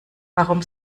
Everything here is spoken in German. warum